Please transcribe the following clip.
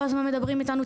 כל הזמן מדברים איתנו,